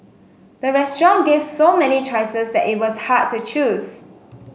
the restaurant gave so many choices that it was hard to choose